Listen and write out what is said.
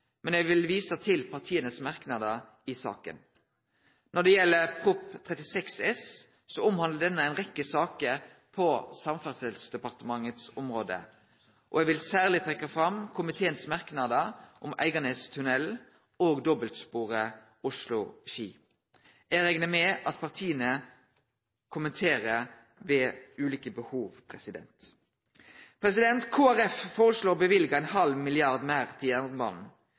men eg vil vise til partias merknader i saka. Når det gjeld Prop. 36 S, omhandlar denne ei rekke saker på Samferdselsdepartementets område. Eg vil særleg trekke fram komiteens merknader om Eiganestunnelen og dobbeltsporet Oslo–Ski. Eg reknar med at partia kommenterer ved ulike behov. Kristeleg Folkeparti foreslår å løyve ein halv milliard kroner meir til jernbanen.